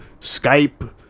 skype